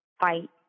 fight